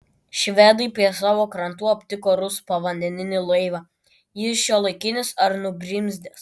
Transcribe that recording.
švedai prie savo krantų aptiko rusų povandeninį laivą jis šiuolaikinis ar nugrimzdęs